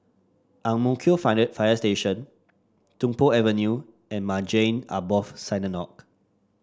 Ang Mo Kio Fire Station Tung Po Avenue and Maghain Aboth Synagogue